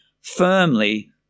firmly